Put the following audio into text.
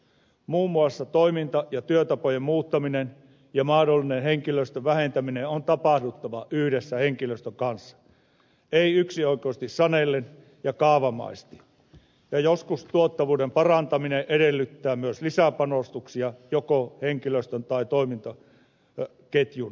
muun muassa toiminta ja työtapojen muuttamisen ja mahdollisen henkilöstön vähentämisen on tapahduttava yhdessä henkilöstön kanssa ei yksioikoisesti sanellen ja kaavamaisesti ja joskus tuottavuuden parantaminen edellyttää myös lisäpanos tuksia joko henkilöstön tai toimintaketjun osalta